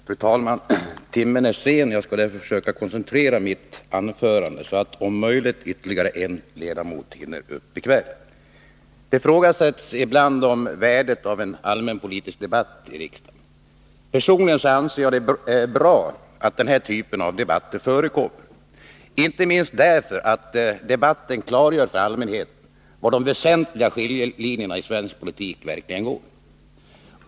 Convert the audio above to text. Fru talman! Timmen är sen. Jag skall därför försöka koncentrera mitt anförande så att om möjligt ytterligare en ledamot hinner upp i kväll. Värdet av en allmänpolitisk debatt i riksdagen ifrågasätts ibland. Personligen anser jag att det är bra att den här typen av debatter förekommer, inte minst därför att debatten klargör för allmänheten var de väsentliga skiljelinjerna i svensk politik går.